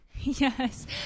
Yes